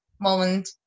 moment